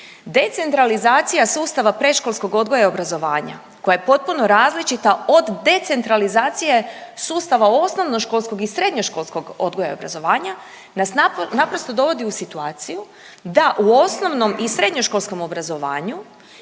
Decentralizacija sustava predškolskog odgoja i obrazovanja koja je potpuno različita od decentralizacije sustava osnovnoškolskog i srednje školskog odgoja i obrazovanja nas naprosto dovodi u situaciju da u osnovnom i srednje školskom obrazovanju